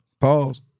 Pause